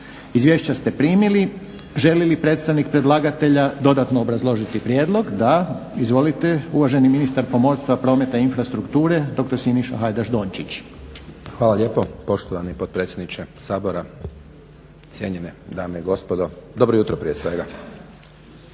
Izvješća ste primili. Želi li predstavnik predlagatelja dodatno obrazložiti prijedlog? Da. Izvolite, uvaženi ministar pomorstva, prometa i infrastrukture dr. Siniša Hajdaš-Dončić. **Hajdaš Dončić, Siniša (SDP)** Hvala lijepo poštovani potpredsjedniče Sabora, cijenjene dame i gospodo. Dobro jutro prije svega!